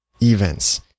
events